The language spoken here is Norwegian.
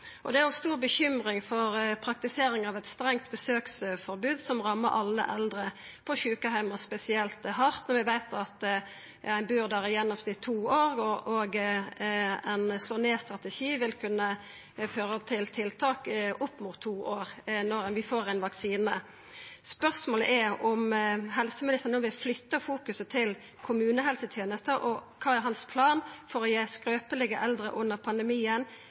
Det er òg stor bekymring for praktiseringa av eit strengt besøksforbod, som rammar alle eldre på sjukeheimar spesielt hardt. Vi veit at ein bur der i to år i gjennomsnitt, og ein slå-ned-strategi vil kunna føra til tiltak opp mot to år, til vi får ein vaksine. Spørsmålet er om helseministeren no vil flytta fokuset til kommunehelsetenesta. Kva er planen hans for å gi skrøpelege eldre under pandemien